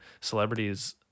celebrities